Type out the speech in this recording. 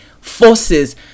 forces